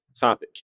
topic